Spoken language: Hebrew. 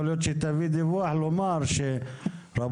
יכול להיות שתביא דיווח לומר שרבותיי,